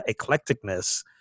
eclecticness